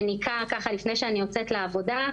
מניקה לפני שאני יוצאת לעבודה,